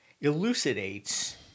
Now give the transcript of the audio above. elucidates